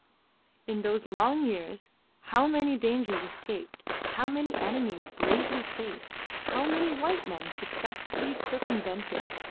in those long years how many dangers escaped, how many enemies bravely faced, how many white men successfully circumvented!